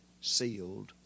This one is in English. sealed